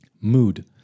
Mood